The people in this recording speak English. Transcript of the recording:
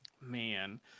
man